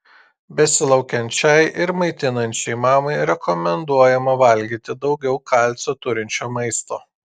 besilaukiančiai ir maitinančiai mamai rekomenduojama valgyti daugiau kalcio turinčio maisto